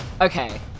Okay